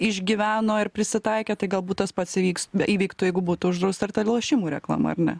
išgyveno ir prisitaikė tai galbūt tas pats įvyks įvyktų jeigu būtų uždrausta ir lošimų reklama ar ne